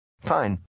Fine